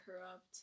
corrupt